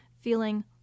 feeling